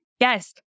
Yes